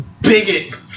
bigot